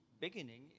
beginning